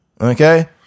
okay